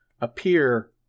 appear